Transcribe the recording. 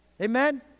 Amen